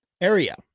area